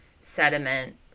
sediment